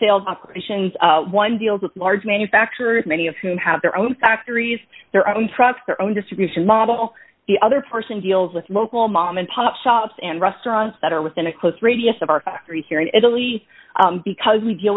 sales operations one deals with large manufacturers many of whom have their own factories their own trucks their own distribution model the other person deals with local mom and pop shops and restaurants that are within a close radius of our factory here in italy because we deal